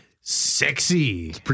sexy